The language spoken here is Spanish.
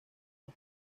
los